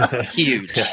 huge